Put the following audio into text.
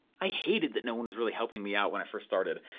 i hate it that no one was really helping me out when i first started.